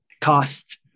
cost